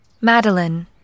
Madeline